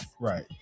Right